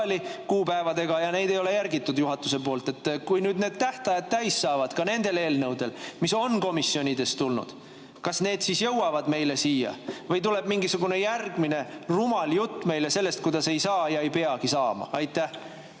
saali kuupäevadega ja neid ei ole juhatus järginud. Kui nüüd need tähtajad täis saavad ka nendel eelnõudel, mis on komisjonidest tulnud, kas need siis jõuavad meile siia või tuleb mingisugune järgmine rumal jutt meile sellest, kuidas ei saa ja ei peagi saama? Aitäh,